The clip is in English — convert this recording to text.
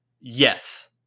yes